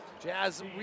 Jazz